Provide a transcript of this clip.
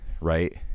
right